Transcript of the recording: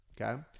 okay